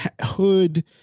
hood